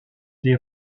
des